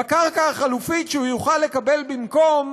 בקרקע החלופית שהוא יוכל לקבל במקום